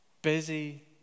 Busy